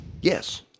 Yes